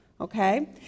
okay